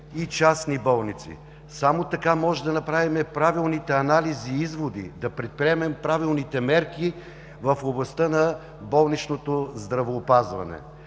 и частни болници. Само така можем да направим правилните анализи и изводи, да предприемем правилните мерки в областта на болничното здравеопазване.